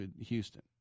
Houston